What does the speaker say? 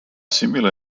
similar